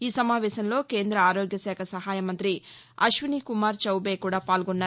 ఈ సమావేశంలో కేంద్ర ఆరోగ్య శాఖ సహాయ మంతి అశ్వినీ కుమార్ చౌబే కూడా పాల్గొన్నారు